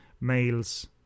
males